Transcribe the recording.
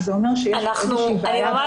אנחנו הרבה יותר מודאגות.